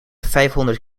vijfhonderd